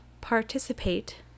participate